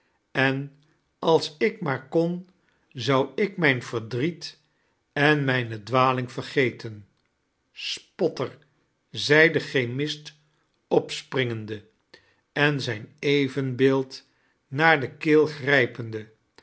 en als ik maair kon zou ik mijn verdriet en mijne dwaling vergeten spotter zed de chemist opsprimgende en zijin evenbeeld naar de keel grijpemde